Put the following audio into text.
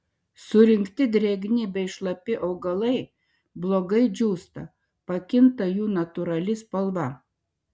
surinkti drėgni bei šlapi augalai blogai džiūsta pakinta jų natūrali spalva